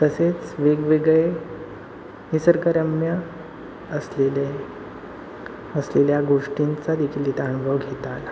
तसेच वेगवेगळे निसर्गरम्य असलेले असलेल्या गोष्टींचा देखील तिथं अनुभव घेता आला